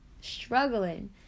Struggling